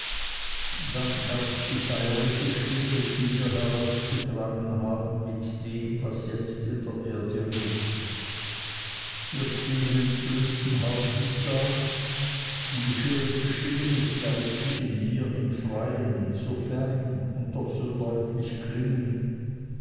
dann herrscht die feierliche stille die wir herausgetragen haben mit dem was jetzt in der erde ruht wir stehen entblößten hauptes da und ich höre die stimme des geistlichen hier im freien so fern und doch so deutlich klingen